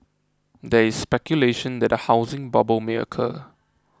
there is speculation that a housing bubble may occur